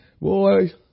Boy